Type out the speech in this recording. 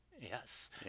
Yes